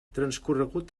transcorregut